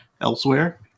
elsewhere